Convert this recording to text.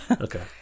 Okay